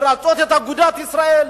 לרצות את אגודת ישראל,